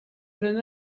jeune